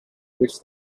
which